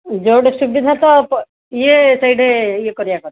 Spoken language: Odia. ଯୋଉଠି ସୁବିଧା ତ ଇଏ ସେଇଠି ଇଏ କରିବା କଥା